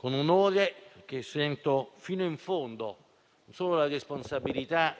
l'onore che sento fino in fondo, non solo per la responsabilità